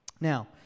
Now